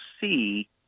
see